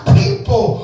people